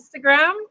Instagram